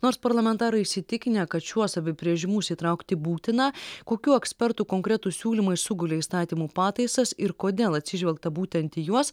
nors parlamentarai įsitikinę kad šiuos apibrėžimus įtraukti būtina kokių ekspertų konkretūs siūlymai sugulė įstatymų pataisas ir kodėl atsižvelgta būtent į juos